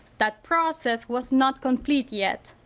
that process was not complete yet,